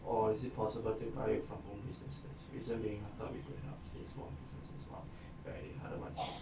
or is it possible to buy it from home businesses reason being thought we could help these small businesses as well right otherwise